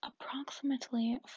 approximately